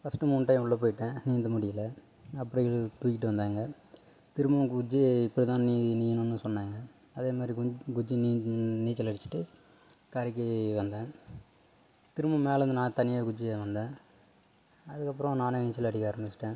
first மூணு time உள்ள போய்விட்டேன் நீந்த முடியல அப்புறம் இழு தூக்கிகிட்டு வந்தாங்க திரும்பவும் குதிச்சு இப்படி தான் நீ நீந்தணுன்னு சொன்னாங்க அதே மாரி குன் குதிச்சு நீ நீச்சல் அடிச்சிகிட்டு கரைக்கு வந்தேன் திரும்பவும் மேலேந்து நான் தனியாக குதிச்சு வந்தேன் அதுக்கப்பறம் நானே நீச்சல் அடிக்க ஆரமிச்சிவிட்டேன்